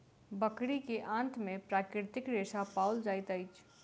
बकरी के आंत में प्राकृतिक रेशा पाओल जाइत अछि